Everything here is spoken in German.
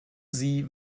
sie